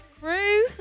crew